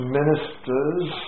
ministers